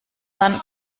dann